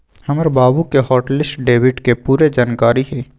हमर बाबु के हॉट लिस्ट डेबिट के पूरे जनकारी हइ